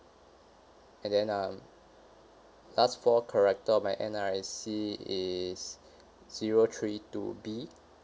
and then um last four character of my N_R_I_C is zero three two B